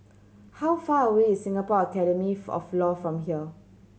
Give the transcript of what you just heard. how far away is Singapore Academy of Law from here